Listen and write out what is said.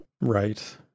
Right